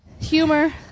Humor